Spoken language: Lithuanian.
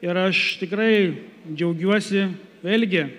ir aš tikrai džiaugiuosi vėlgi